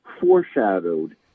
foreshadowed